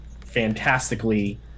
fantastically